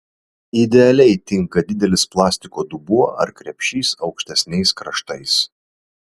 idealiai tinka didelis plastiko dubuo ar krepšys aukštesniais kraštais